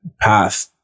path